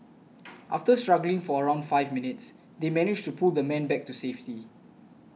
after struggling for around five minutes they managed to pull the man back to safety